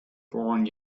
born